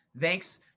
Thanks